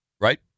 Right